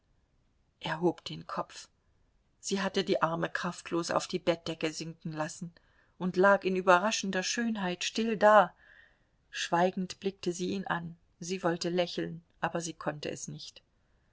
er hob den kopf sie hatte die arme kraftlos auf die bettdecke sinken lassen und lag in überraschender schönheit still da schweigend blickte sie ihn an sie wollte lächeln aber sie konnte es nicht